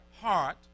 Heart